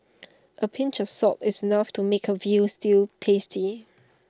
A pinch of salt is enough to make A Veal Stew tasty